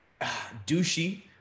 douchey